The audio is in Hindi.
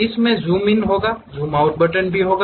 इसमें जूम इन होगा जूम आउट बटन भी होंगे